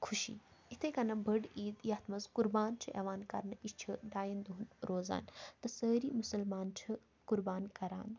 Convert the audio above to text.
خوشی یِتھَے کَنۍ بٔڑ عیٖد یَتھ منٛز قُربان چھِ یِوان کَرنہٕ یہِ چھِ ڈایَن دۄہَن روزان تہٕ سٲری مُسلمان چھِ قُربان کَران